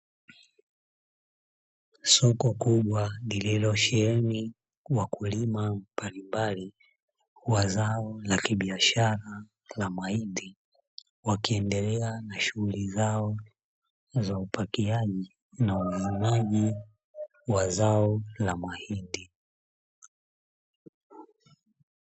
Soko kubwa lililosheni wakulima mbalimbali wa zao la kibiashara la mahindi, wakiendelea na shughuli zao za upakiaji na ufugaji wa zao la mahindi.